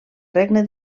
regne